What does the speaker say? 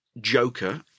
joker